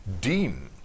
deemed